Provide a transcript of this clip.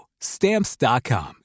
Stamps.com